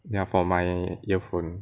ya for my earphone